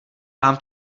vám